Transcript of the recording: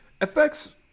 FX